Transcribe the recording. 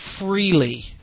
freely